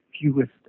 fewest